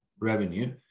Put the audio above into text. revenue